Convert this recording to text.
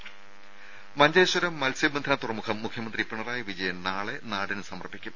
രാര മഞ്ചേശ്വരം മത്സ്യബന്ധന തുറമുഖം മുഖ്യമന്ത്രി പിണറായി വിജയൻ നാളെ നാടിന് സമർപ്പിക്കും